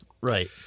right